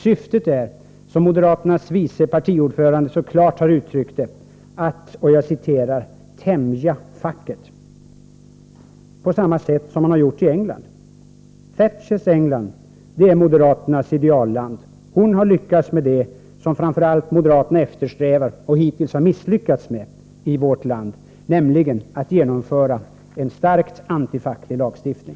Syftet är, som moderaternas vice partiordförande så klart har uttryckt det, att ”tämja facket” på samma sätt som man har gjort i England. Thatchers England är moderaternas idealland. Margaret Thatcher har lyckats med det som framför allt moderaterna eftersträvar, men hittills har misslyckats med i vårt land, nämligen att genomföra en starkt antifacklig lagstiftning.